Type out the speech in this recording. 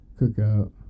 Cookout